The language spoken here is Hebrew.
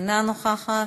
אינה נוכחת,